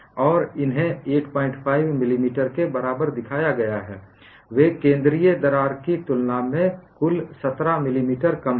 और इन्हें 85 मिलीमीटर के बराबर दिखाया गया है वे केंद्रीय दरार की तुलना में कुल 17 मिलीमीटर कम हैं